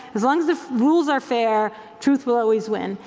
as long as the rules are fair, truth will always win,